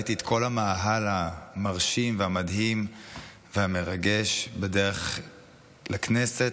ראיתי את כל המאהל המרשים והמדהים והמרגש בדרך לכנסת,